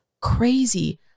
crazy